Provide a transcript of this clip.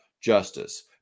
justice